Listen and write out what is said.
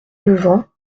levant